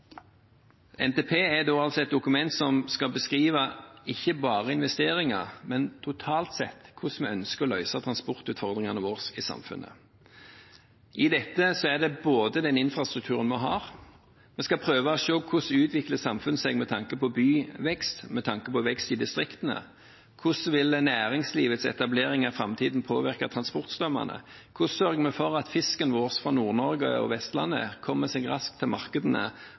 NTP er altså et dokument som skal beskrive ikke bare investeringer, men totalt sett hvordan vi ønsker å løse transportutfordringene våre i samfunnet. I dette inngår den infrastrukturen vi har – vi skal prøve å se hvordan samfunnet utvikler seg med tanke på byvekst, med tanke på vekst i distriktene, hvordan næringslivets etableringer i framtiden vil påvirke transportstrømmene, hvordan vi sørger for at fisken vår fra Nord-Norge og Vestlandet kommer seg raskt til markedene